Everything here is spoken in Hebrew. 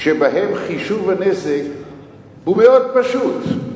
שבהן חישוב הנזק הוא מאוד פשוט,